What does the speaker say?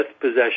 possession